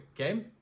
okay